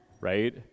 right